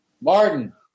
Martin